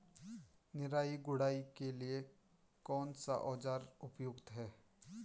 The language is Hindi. निराई गुड़ाई के लिए कौन सा औज़ार उपयुक्त है?